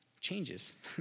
changes